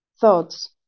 thoughts